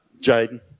Jaden